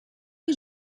que